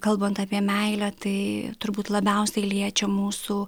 kalbant apie meilę tai turbūt labiausiai liečia mūsų